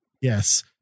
Yes